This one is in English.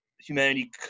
humanity